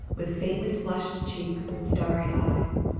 with faintly flushed cheeks and starry eyes,